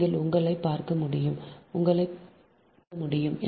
நீங்கள் உங்களைப் பார்க்க முடியும் உங்களைப் பார்க்க முடியும்